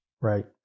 Right